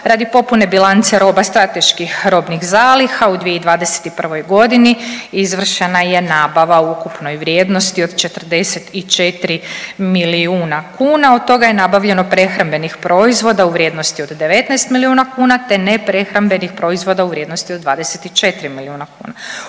Radi popune bilance roba strateških robnih zaliha u 2021. godini izvršena je nabava u ukupnoj vrijednosti od 44 milijuna kuna. Od toga je nabavljeno prehrambenih proizvoda u vrijednosti od 19 milijuna kuna, te neprehrambenih proizvoda u vrijednosti od 24 milijuna kuna.